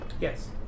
Yes